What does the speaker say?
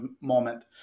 moment